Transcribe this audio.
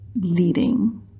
leading